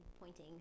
pointing